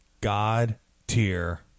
God-tier